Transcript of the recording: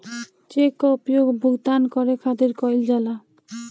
check कअ उपयोग भुगतान करे खातिर कईल जाला